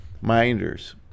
Minders